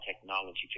technology